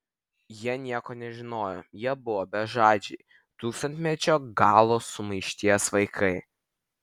jie nieko nežinojo jie buvo bežadžiai tūkstantmečio galo sumaišties vaikai